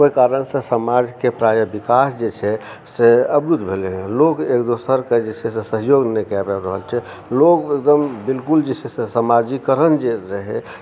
ओहिकारणसँ समाजके प्रायः विकास जे छै से अवरुद्ध भेलय हन लोग एकदोसर के जे छै से सहयोग नहि कए पाबि रहल छै लोग एकदम बिलकुल जे छै से समाजीकरण जे रहय